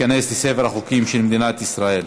עבר בקריאה שלישית וייכנס לספר החוקים של מדינת ישראל.